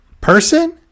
person